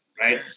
right